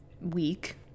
week